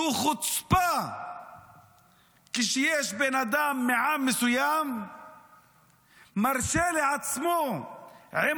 זו חוצפה שיש בן אדם מעם מסוים שמרשה לעצמו עם